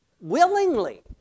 willingly